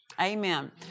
Amen